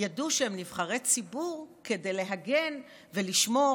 ידעו שהם נבחרי ציבור כדי להגן ולשמור